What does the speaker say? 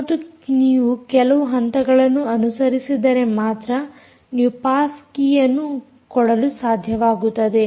ಮತ್ತು ನೀವು ಕೆಲವು ಹಂತಗಳನ್ನು ಅನುಸರಿಸಿದರೆ ಮಾತ್ರ ನೀವು ಪಾಸ್ ಕೀಯನ್ನು ಕೊಡಲು ಸಾಧ್ಯವಾಗುತ್ತದೆ